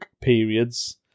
periods